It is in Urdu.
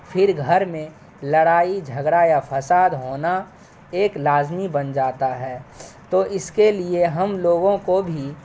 پھر گھر میں لڑائی جھگڑا یا فساد ہونا ایک لازمی بن جاتا ہے تو اس کے لیے ہم لوگوں کو بھی